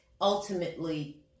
ultimately